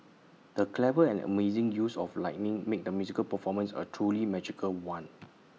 the clever and amazing use of lighting made the musical performance A truly magical one